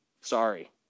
sorry